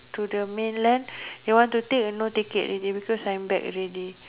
to the mainland they want to take I no ticket already because I'm back already